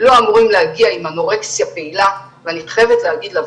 לא אמורים להגיע עם אנורקסיה פעילה ואני חייבת להגיד